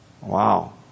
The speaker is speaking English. Wow